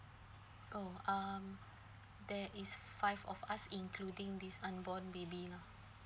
oh um there is five of us including this unborn baby lah